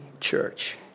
church